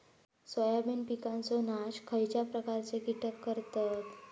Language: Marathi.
सोयाबीन पिकांचो नाश खयच्या प्रकारचे कीटक करतत?